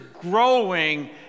growing